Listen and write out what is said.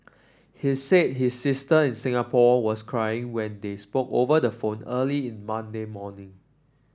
he said his sister in Singapore was crying when they spoke over the phone early on Monday morning